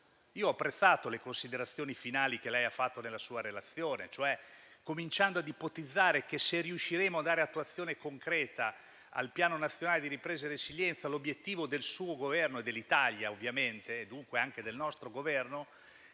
Ho apprezzato le considerazioni finali che ha fatto nella sua relazione, cioè cominciando ad ipotizzare che, se riusciremo a dare attuazione concreta al Piano nazionale di ripresa e resilienza, l'obiettivo dell'Italia, e dunque anche del nostro Governo,